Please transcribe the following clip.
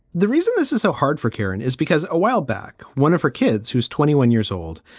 the reason this is so hard for karen is because a while back, one of her kids, who's twenty one years old,